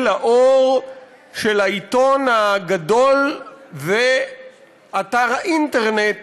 לאור של העיתון הגדול ואתר האינטרנט